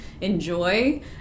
enjoy